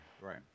Right